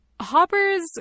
Hopper's